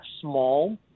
small